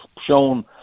shown